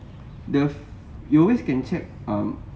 the you always can check um